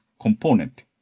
component